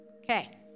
Okay